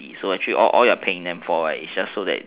so actually all you're paying them for is just so that